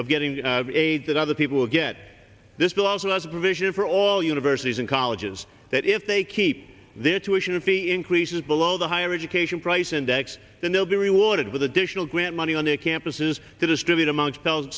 of getting aid that other people will get this bill also has a provision for all universities and colleges that if they keep their tuition fee increases below the higher education price index the no be rewarded with additional grant money on their campuses to distribute amongst tho